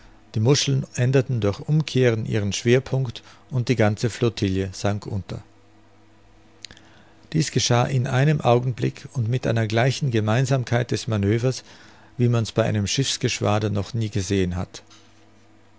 die muscheln änderten durch umkehren ihren schwerpunkt und die ganze flotille sank unter dies geschah in einem augenblick und mit einer gleichen gemeinsamkeit des manövers wie man's bei einem schiffsgeschwader noch nie gesehen hat